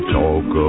talk